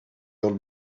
old